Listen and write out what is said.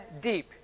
deep